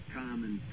common